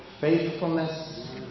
faithfulness